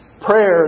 Prayer